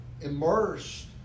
immersed